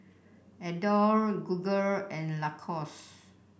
Adore Google and Lacoste